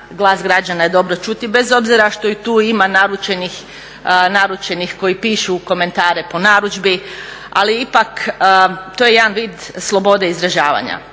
glas građana je dobro čuti bez obzira što i tu ima naručenih koji pišu komentare po narudžbi ali ipak to je jedan vid slobode izražavanja.